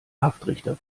haftrichter